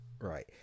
Right